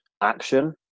action